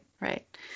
right